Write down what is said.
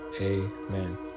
Amen